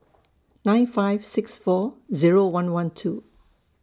nine five six four Zero one one two